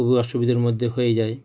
খুব অসুবিধের মধ্যে হয়ে যায়